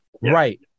Right